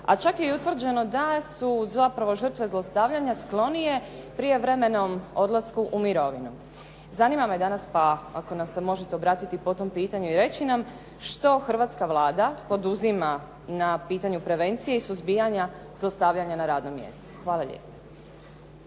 a čak je i utvrđeno da su zapravo žrtve zlostavljanja sklonije prijevremenom odlasku u mirovinu. Zanima me danas pa ako nam se možete obratiti po tom pitanju i reći nam što hrvatska Vlada poduzima na pitanju prevencije i suzbijanja zlostavljanja na radnom mjestu. Hvala lijepa.